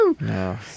No